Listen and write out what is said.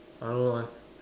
I don't know leh